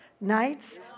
nights